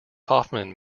hoffman